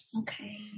Okay